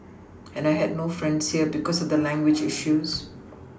and I had no friends here because of the language issues